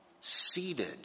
seated